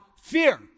fear